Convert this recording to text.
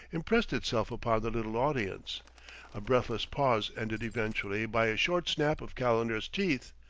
impressed itself upon the little audience a breathless pause ended eventually by a sharp snap of calendar's teeth.